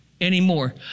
anymore